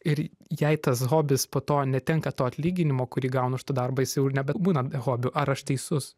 ir jei tas hobis po to netenka to atlyginimo kurį gaunu aš tą darbą jis jau ir nebebūna hobiu ar aš teisus